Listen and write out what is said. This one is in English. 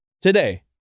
today